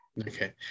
Okay